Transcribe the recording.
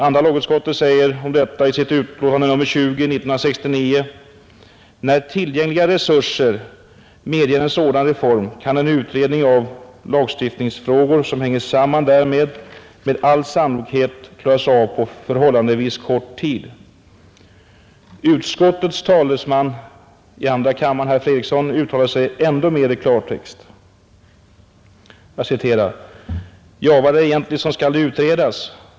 Andra lagutskottet sade om detta i sitt utlåtande nr 20 år 1969: ”När tillgängliga resurser medger en sådan reform, kan en utredning av de lagstiftningsfrågor som hänger samman därmed med all sannolikhet klaras av på förhållandevis kort tid.” Utskottets talesman i andra kammaren, herr Fredriksson, uttalade sig ändå mer i klartext: ”Ja, vad är det egentligen som skall utredas?